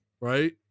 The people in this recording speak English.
right